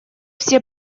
все